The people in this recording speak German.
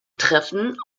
treffen